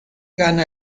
gana